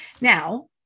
Now